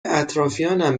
اطرافیام